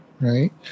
Right